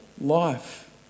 Life